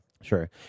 Sure